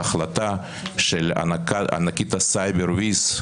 בהחלטה של ענקית הסייבר וויז,